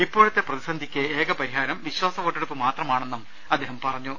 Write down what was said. ഇപ്പോഴത്തെ പ്രതിസന്ധിക്ക് ഏക പ്പരിഹാരം വിശ്വാസ വോട്ടെടുപ്പ് മാത്രമാണെന്ന് അദ്ദേഹം പറഞ്ഞു